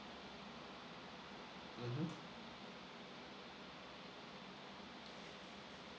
mmhmm